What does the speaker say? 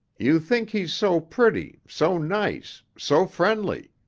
you think he's so pretty, so nice, so friendly,